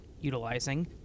utilizing